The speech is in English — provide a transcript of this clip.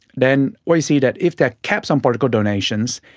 then we see that if there are caps on political donations,